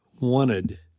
wanted